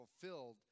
fulfilled